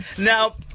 Now